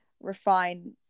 refine